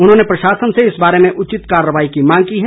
उन्होंने प्रशासन से इस बारे में उचित कार्रवाई की मांग की है